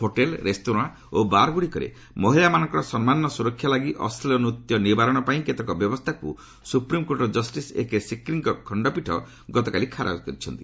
hotel restaurant ଓ ବାର୍ଗୁଡ଼ିକରେ ମହିଳାମାନଙ୍କର ସମ୍ମାନ ସୁରକ୍ଷା ଲାଗି ଅଶ୍ଳିଳ ନୂତ୍ୟ ନିବାରଣ ପାଇଁ କେତେକ ବ୍ୟବସ୍ଥାକୁ ସୁପ୍ରିମ୍କୋର୍ଟର ଜଷ୍ଟିସ୍ ଏକେ ସିକ୍ରିଙ୍କ ଖଣ୍ଡପୀଠ ଗତକାଲି ଖାରଜ କରିଛନ୍ତି